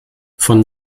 von